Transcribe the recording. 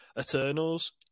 Eternals